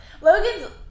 Logan's